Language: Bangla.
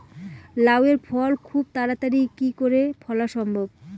লাউ এর ফল খুব তাড়াতাড়ি কি করে ফলা সম্ভব?